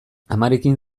amarekin